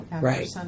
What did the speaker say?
right